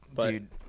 Dude